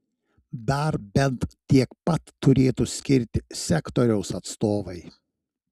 dar bent tiek pat turėtų skirti sektoriaus atstovai